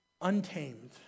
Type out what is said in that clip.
untamed